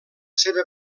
seva